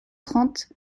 trente